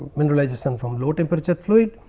mineralization from low temperature fluid.